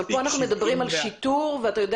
אבל פה אנחנו מדברים על שיטור ואתה יודע